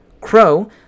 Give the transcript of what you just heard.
Crow